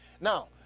now